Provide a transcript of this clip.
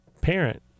parent